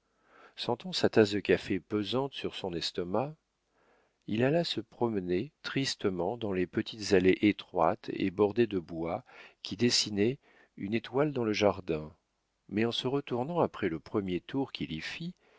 sentant sa tasse de café pesante sur son estomac il alla se promener tristement dans les petites allées étroites et bordées de buis qui dessinaient une étoile dans le jardin mais en se retournant après le premier tour qu'il y